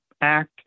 Act